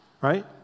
right